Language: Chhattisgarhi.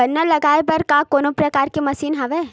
गन्ना लगाये बर का कोनो प्रकार के मशीन हवय?